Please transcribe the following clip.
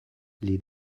les